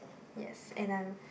yes and I'm